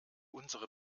unsere